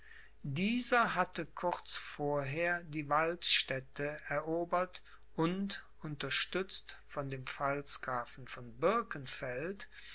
dieser hatte kurz vorher die waldstädte erobert und unterstützt von dem pfalzgrafen von